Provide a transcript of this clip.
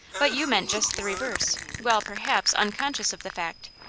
but you meant just the reverse, while, perhaps, unconscious of the fact.